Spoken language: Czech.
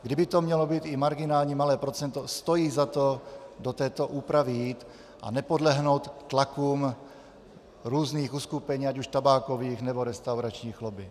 I kdyby to mělo být marginální malé procento, stojí za to do této úpravy jít a nepodlehnout tlakům různých uskupení, ať už tabákových, nebo restauračních lobby.